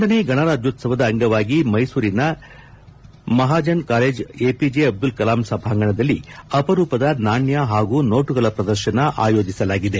ಗಾನೇ ಗಣರಾಜ್ಯೋತ್ಸವದ ಅಂಗವಾಗಿ ಮೈಸೂರಿನ Mahajana college APJ Abdul Kalam ಸಭಾಂಗಣದಲ್ಲಿ ಅಪರೂಪದ ನಾಣ್ಯ ಹಾಗೂ ನೋಟುಗಳ ಪ್ರದರ್ಶನ ಆಯೋಜಿಸಲಾಗಿದೆ